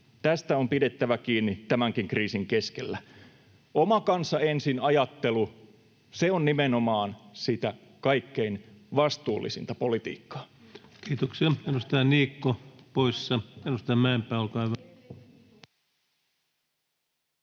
Tästä on pidettävä kiinni tämänkin kriisin keskellä. Oma kansa ensin ‑ajattelu — se on nimenomaan sitä kaikkein vastuullisinta politiikkaa. Kiitoksia. — Edustaja Niikko, poissa. — Edustaja Mäenpää, olkaa hyvä.